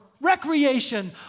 recreation